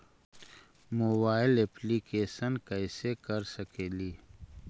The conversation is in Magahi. मोबाईल येपलीकेसन कैसे कर सकेली?